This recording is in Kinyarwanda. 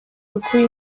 ukuri